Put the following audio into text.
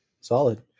Solid